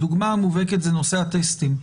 הדוגמה המובהקת זה נושא הטסטים.